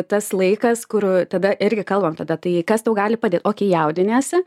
tas laikas kur tada irgi kalbam tada tai kas tau gali padėt okei jaudiniesi